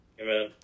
Amen